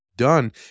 done